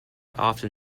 often